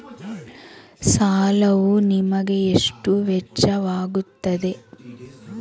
ಸಾಲವು ನಿಮಗೆ ಎಷ್ಟು ವೆಚ್ಚವಾಗುತ್ತದೆ?